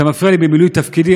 אתה מפריע לי במילוי תפקידי.